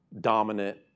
dominant